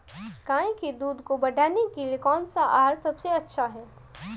गाय के दूध को बढ़ाने के लिए कौनसा आहार सबसे अच्छा है?